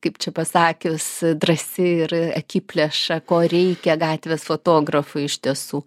kaip čia pasakius drąsi ir akiplėša ko reikia gatvės fotografui iš tiesų